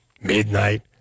midnight